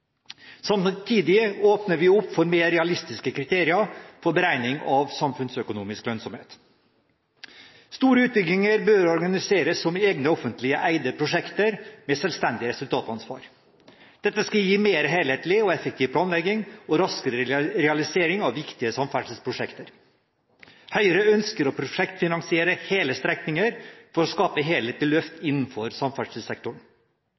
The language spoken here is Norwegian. Samtidig åpner vi opp for mer realistiske kriterier på beregning av samfunnsøkonomisk lønnsomhet. Store utbygginger bør organiseres som egne offentlig eide prosjekter med selvstendig resultatansvar. Dette skal gi mer helhetlig og effektiv planlegging og raskere realisering av viktige samferdselsprosjekter. Høyre ønsker å prosjektfinansiere hele strekninger for å skape helhetlige løft